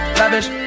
lavish